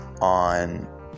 on